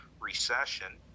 recession